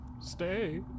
Stay